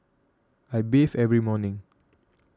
I bathe every morning